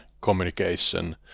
communication